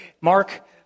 Mark